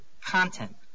content